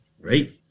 right